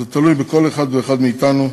זה תלוי בכל אחד ואחד מאתנו,